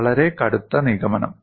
വളരെ കടുത്ത നിഗമനം